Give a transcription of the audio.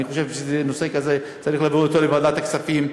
אני חושב שנושא כזה צריך לעבור לוועדת הכספים.